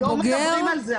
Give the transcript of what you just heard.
לא מדברים על זה,